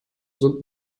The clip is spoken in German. sind